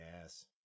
Yes